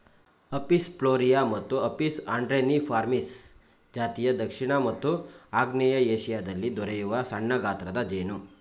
Apis ಫ್ಲೊರಿಯಾ ಮತ್ತು ಅಪಿಸ್ ಅಂಡ್ರೆನಿಫಾರ್ಮಿಸ್ ಜಾತಿಯು ದಕ್ಷಿಣ ಮತ್ತು ಆಗ್ನೇಯ ಏಶಿಯಾದಲ್ಲಿ ದೊರೆಯುವ ಸಣ್ಣಗಾತ್ರದ ಜೇನು